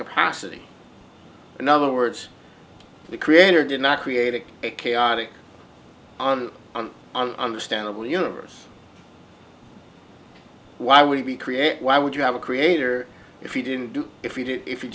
capacity in other words the creator did not create a chaotic on and on understandable universe why would we create why would you have a creator if you didn't do if you did if you